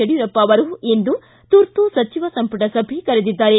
ಯಡಿಯೂರಪ್ಪ ಅವರು ಇಂದು ತುರ್ತು ಸಚಿವ ಸಂಮಟ ಸಭೆ ಕರೆದಿದ್ದಾರೆ